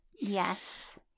Yes